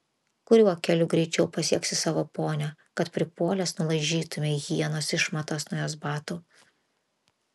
kuriuo keliu greičiau pasieksi savo ponią kad pripuolęs nulaižytumei hienos išmatas nuo jos batų